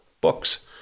books